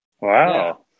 Wow